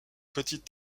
petite